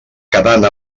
quedant